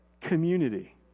community